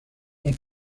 ont